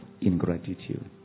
ingratitude